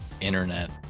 internet